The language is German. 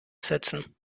setzen